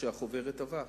שהחוברת עבה.